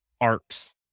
arcs